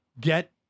get